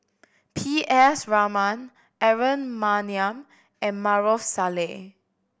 P S Raman Aaron Maniam and Maarof Salleh